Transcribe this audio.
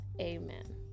Amen